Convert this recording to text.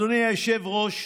אדוני היושב-ראש,